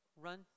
Run